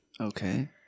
Okay